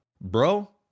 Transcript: bro